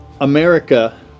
America